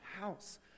house